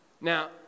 Now